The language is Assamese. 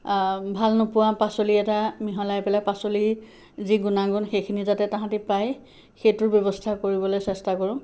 ভাল নোপোৱা পাচলি এটা মিহলাই পেলাই পাচলি যি গুণাগুণ সেইখিনি যাতে তাহাঁতি পায় সেইটোৰ ব্যৱস্থা কৰিবলৈ চেষ্টা কৰোঁ